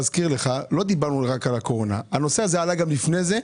הוא עלה גם לפני זה.